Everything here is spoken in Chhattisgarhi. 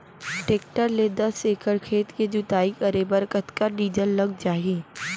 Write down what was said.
टेकटर ले दस एकड़ खेत के जुताई करे बर कतका डीजल लग जाही?